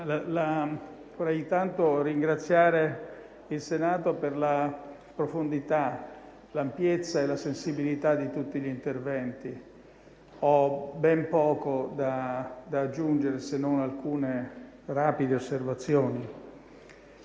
vorrei intanto ringraziare il Senato per la profondità, l'ampiezza e la sensibilità di tutti gli interventi. Ho ben poco da aggiungere se non alcune rapide osservazioni.